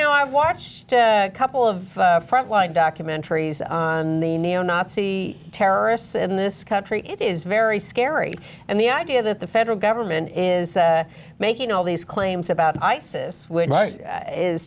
know i watched a couple of frontline documentaries on the neo nazi terrorists in this country it is very scary and the idea that the federal government is making all these claims about isis which is